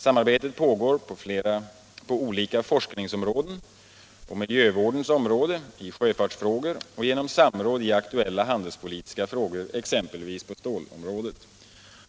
Samarbetet pågår på olika forskningsområden, på miljövårdens område, i sjöfartsfrågor och genom samråd i aktuella handelspolitiska frågor, exempelvis på stålområdet,